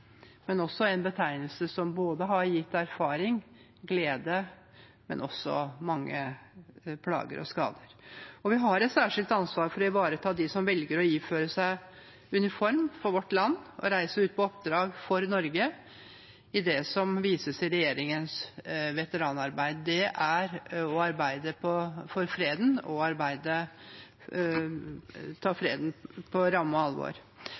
men også en betegnelse som har gitt erfaring og glede, men også mange plager og skader. Vi har et særskilt ansvar for å ivareta dem som velger å iføre seg uniform for vårt land og reise ut på oppdrag for Norge, i det som vises i regjeringens veteranarbeid. Det er å arbeide for freden og ta freden på ramme alvor.